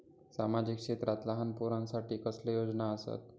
सामाजिक क्षेत्रांत लहान पोरानसाठी कसले योजना आसत?